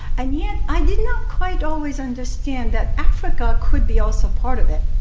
and yet, i did not quite always understand that africa could be also part of it.